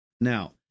Now